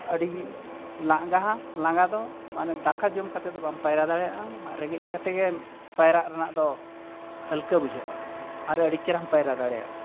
ᱟᱹᱰᱤ ᱞᱟᱸᱜᱟᱦᱟ ᱞᱟᱸᱜᱟ ᱫᱚ ᱢᱟᱱᱮ ᱫᱟᱠᱟ ᱡᱚᱢ ᱠᱟᱛᱮ ᱫᱚ ᱵᱟᱢ ᱯᱟᱭᱨᱟ ᱫᱟᱲᱮᱭᱟᱜᱼᱟ ᱨᱮᱸᱜᱮᱡ ᱠᱟᱛᱮ ᱜᱮᱢ ᱯᱟᱭᱨᱟᱜ ᱨᱮᱱᱟᱜ ᱫᱚ ᱦᱟᱹᱞᱠᱟᱹ ᱵᱩᱡᱷᱟᱹᱜᱼᱟ ᱟᱨ ᱟᱹᱰᱤ ᱪᱮᱦᱨᱟᱢ ᱯᱟᱭᱨᱟ ᱫᱟᱲᱮᱭᱟᱜᱼᱟ